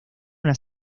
una